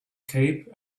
cape